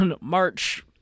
March